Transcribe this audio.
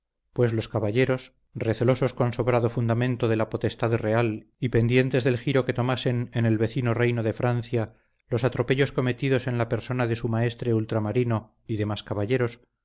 pues los caballeros recelosos con sobrado fundamento de la potestad real y pendientes del giro que tomasen en el vecino reino de francia los atropellos cometidos en la persona de su maestre ultramarino y demás caballeros